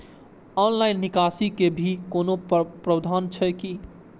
Online निकासी के भी कोनो प्रावधान छै की?